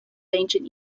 ancient